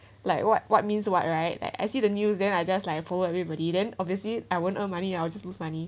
like what what means what right that I see the news then I just like I follow everybody then obviously I won't earn money lah I just lose money